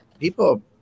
people –